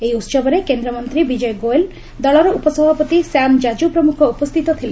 ଏହି ଉତ୍ସବରେ କେନ୍ଦ୍ରମନ୍ତ୍ରୀ ବିଜୟ ଗୋଏଲ୍ ଦଳର ଉପସଭାପତି ଶ୍ୟାମ୍ ଜାଜୁ ପ୍ରମୁଖ ଉପସ୍ଥିତ ଥିଲେ